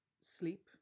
sleep